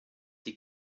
die